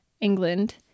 England